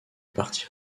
parti